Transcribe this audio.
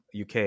UK